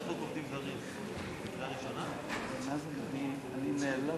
רבותי, אנחנו נמתין דקות מספר עד